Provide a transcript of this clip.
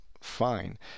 fine